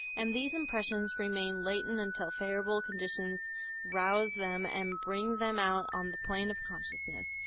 and these impressions remain latent until favorable conditions rouse them and bring them out on the plane of consciousness.